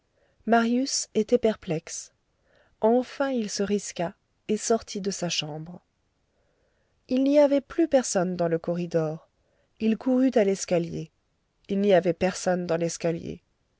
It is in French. marius était perplexe enfin il se risqua et sortit de sa chambre il n'y avait plus personne dans le corridor il courut à l'escalier il n'y avait personne dans l'escalier